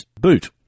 boot